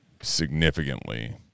Significantly